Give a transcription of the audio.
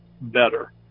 better